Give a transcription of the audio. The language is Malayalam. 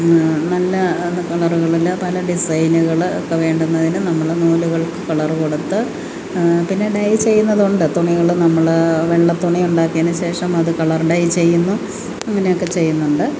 നല്ല കളറുകളിൽ പല ഡിസൈനുകൾ ഒക്കെ വേണ്ടുന്നതിന് നമ്മൾ നൂലുകൾക്കു കളർ കൊടുത്ത് പിന്നെ ഡൈ ചെയ്യുന്നതുണ്ട് തുണികൾ നമ്മൾ വെള്ള തുണി ഉണ്ടാക്കിയതിനു ശേഷം അതു കളർ ഡൈ ചെയ്യുന്നു അങ്ങനെയൊക്കെ ചെയ്യുന്നുണ്ട്